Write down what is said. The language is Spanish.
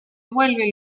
vuelve